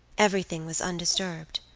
everything was undisturbed.